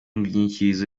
nyikirizo